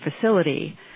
facility